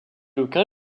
aucun